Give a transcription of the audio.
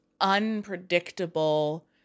unpredictable